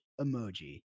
emoji